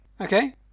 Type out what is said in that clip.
okay